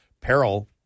peril